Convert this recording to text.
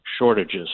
shortages